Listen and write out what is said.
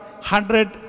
hundred